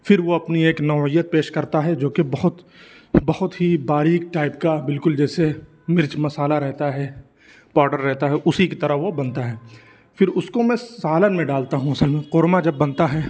پھر وہ اپنی ایک نوعیت پیش کرتا ہے جو کہ بہت بہت ہی باریک ٹائپ کا بالکل جیسے مرچ مسالہ رہتا ہے پاؤڈر رہتا ہے اُسی کی طرح وہ بنتا ہے پھر اُس کو میں سالن میں ڈالتا ہوں اصل میں قورمہ جب بنتا ہے